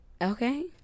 Okay